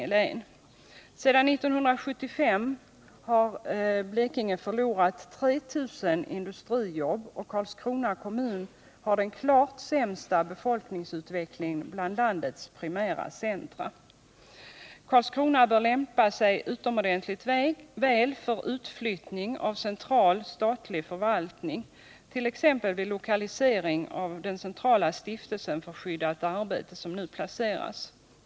Sedan 1975 har länet förlorat 3 000 industrijobb, och Karlskrona kommun har den klart sämsta befolkningsutvecklingen bland landets primära centra. Karlskrona bör lämpa sig utomordentligt väl för utflyttning av central statlig förvaltning, t.ex. vid lokalisering av den centrala stiftelsen för skyddat arbete som nu planeras.